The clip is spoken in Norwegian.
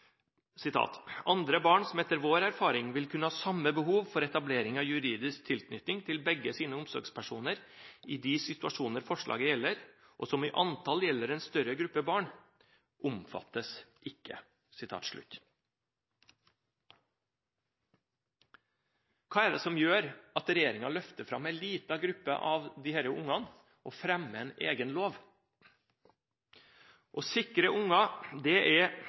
barn som etter vår erfaring vil kunne ha samme behov for etablering av juridisk tilknytning til begge sine omsorgspersoner i de situasjoner forslaget gjelder, og som i antall gjelder en større gruppe barn, omfattes ikke.» Hva er det som gjør at regjeringen løfter fram en liten gruppe av disse barna og fremmer en egen lov? Å sikre unger er